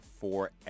forever